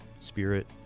spirit